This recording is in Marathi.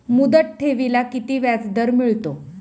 मुदत ठेवीला किती व्याजदर मिळतो?